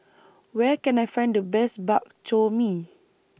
Where Can I Find The Best Bak Chor Mee